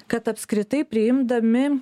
kad apskritai priimdami